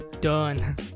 Done